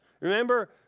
Remember